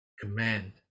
command